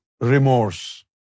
remorse